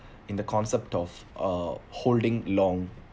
in the concept of uh holding long